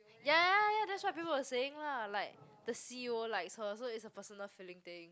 ya ya ya that's what people are saying lah like the C_E_O likes her so it's a personal feeling thing